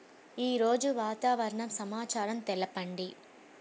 ఈరోజు వాతావరణ సమాచారం తెలుపండి